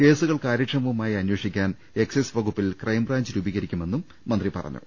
കേസുകൾ കാര്യക്ഷമമായി അന്വേ ഷി ക്കാൻ എക് സൈസ് വകുപ്പിൽ ക്രൈംബ്രാഞ്ച് രൂപീകരിക്കുമെന്നും മന്ത്രി പറ ഞ്ഞു